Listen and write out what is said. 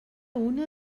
una